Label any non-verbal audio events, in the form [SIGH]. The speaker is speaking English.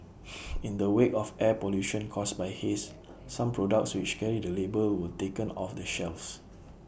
[NOISE] in the wake of air pollution caused by haze some products which carry the label were taken off the shelves